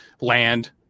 land